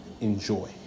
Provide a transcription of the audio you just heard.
enjoy